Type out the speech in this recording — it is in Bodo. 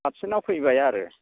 साबसिनाव फैबाय आरो